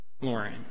Lauren